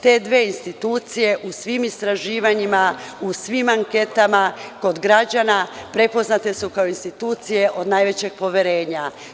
Te dve institucije u svim istraživanjima, u svim anketama kod građana prepoznate su kao institucije od najvećeg poverenja.